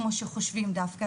כמו שחושבים דווקא,